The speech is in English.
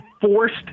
forced